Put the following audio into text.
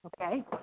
Okay